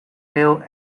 eeuw